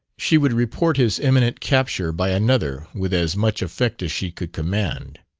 she would report his imminent capture by another with as much effect as she could command.